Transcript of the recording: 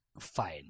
fine